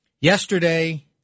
Yesterday